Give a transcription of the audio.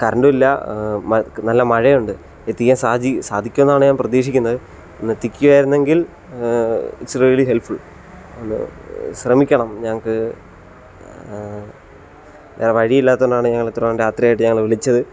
കറണ്ടുമില്ല മ ക് നല്ല മഴ ഉണ്ട് എത്തിക്കാൻ സാധി സാധിക്കുമെന്നാണ് ഞാൻ പ്രതീക്ഷിക്കുന്നത് ഒന്ന് എത്തിക്കാമായിരുന്നെങ്കിൽ ഇറ്റ്സ് റിയലി ഹെല്പ്ഫുൾ ഒന്ന് ശ്രമിക്കണം ഞങ്ങൾക്ക് വേറെ വഴിയില്ലാത്തോണ്ടാണ് ഞങ്ങൾ ഇത്രേം രാത്രിയായിട്ട് ഞങ്ങൾ വിളിച്ചത്